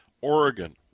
oregon